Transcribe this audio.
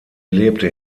lebte